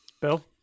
bill